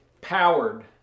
Powered